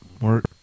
Work